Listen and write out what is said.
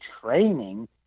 training